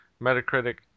Metacritic